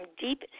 deep